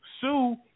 sue